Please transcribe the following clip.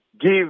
give